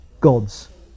gods